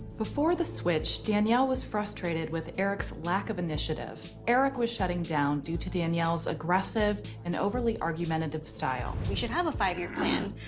before the switch, danielle was frustrated with eric's lack of initiative. eric was shutting down due to danielle's aggressive and overly argumentative style. we should have a five year plan.